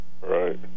Right